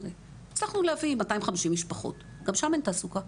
הצלחנו להביא 250 משפחות, גם שם אין תעסוקה.